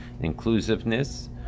inclusiveness